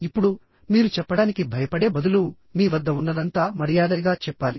ఇప్పుడుమీరు చెప్పడానికి భయపడే బదులు మీ వద్ద ఉన్నదంతా మర్యాదగా చెప్పాలి